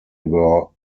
were